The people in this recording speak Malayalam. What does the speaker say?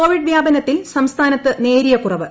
കോവിഡ് വ്യാപനത്തിൽ സ്പ്സ്മാനത്ത് നേരിയ കുറവ്